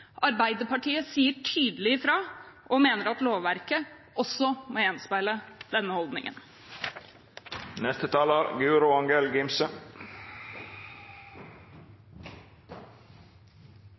Arbeiderpartiet sier tydelig ifra og mener at lovverket også må gjenspeile denne